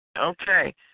Okay